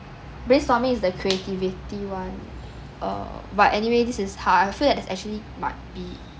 brainstorming is the creativity [one] err but anyway this is how I feel that's actually might be